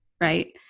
Right